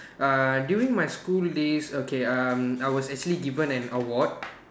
uh during my school days okay um I was actually given an award